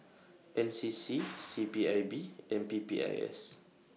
N C C C P I B and P P I S